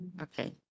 Okay